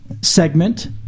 segment